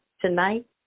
Tonight